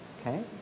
okay